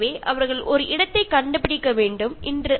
അതിനായി അവർക്ക് ഒരു സ്ഥലം കണ്ടുപിടിക്കേണ്ടി വരുന്നു